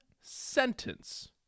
sentence